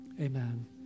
amen